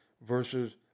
versus